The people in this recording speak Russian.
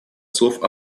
слов